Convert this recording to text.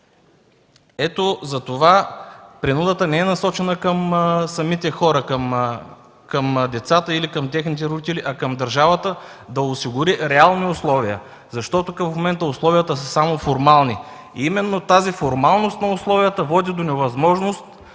Ето затова принудата не е насочена към самите хора, към децата или техните родители, а към държавата – да осигури реални условия, защото към момента условията са само формални. Именно тази формалност на условията води до невъзможност